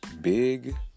big